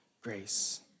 grace